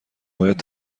باید